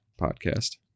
podcast